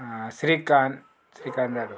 श्रीकांत श्रीकांत जालो